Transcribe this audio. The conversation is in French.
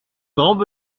grands